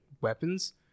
weapons